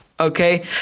okay